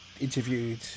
interviewed